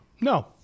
No